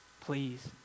Please